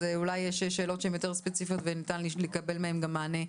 אז אולי יש שאלות שהן יותר ספציפיות וניתן לקבל מהן גם מענה ממנו.